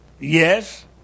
Yes